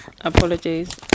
Apologies